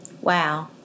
Wow